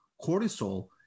cortisol